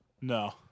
No